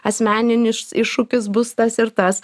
asmeninis iššūkis bus tas ir tas